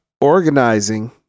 organizing